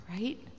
right